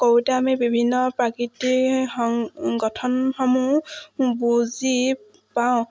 কৰোঁতে আমি বিভিন্ন প্ৰাকৃতিৰ সং গঠনসমূহ বুজি পাওঁ